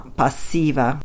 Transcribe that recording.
passiva